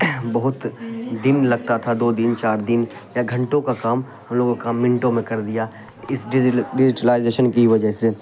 بہت دن لگتا تھا دو دن چار دن یا گھنٹوں کا کام ہم لوگوں کام منٹوں میں کر دیا اسی ڈیجیٹلائزیشن کی وجہ سے